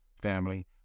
family